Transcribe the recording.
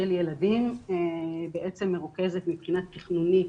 של ילדים מרוכזת מבחינה תכנונית,